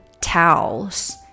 towels